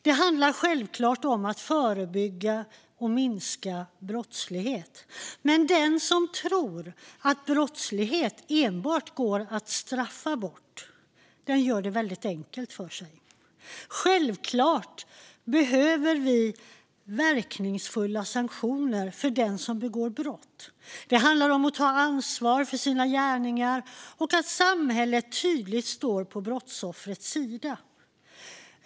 Det handlar självklart om att förebygga och minska brottslighet. Men den som tror att brottslighet enbart går att straffa bort gör det väldigt enkelt för sig. Självklart behöver vi verkningsfulla sanktioner för den som begår brott. Det handlar om att ta ansvar för sina gärningar och om att samhället tydligt står på brottsoffrets sida.